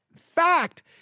fact